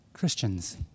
Christians